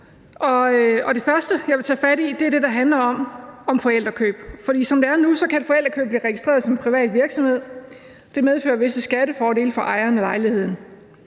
Det første, jeg vil tage fat i, er det, der handler om forældrekøb. Som det er nu, kan et forældrekøb blive registreret som privat virksomhed. Det medfører visse skattefordele for ejeren af lejligheden.